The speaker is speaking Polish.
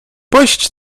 puść